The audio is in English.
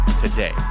today